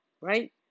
right